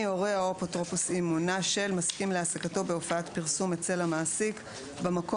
גם פה